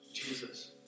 Jesus